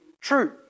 true